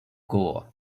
goal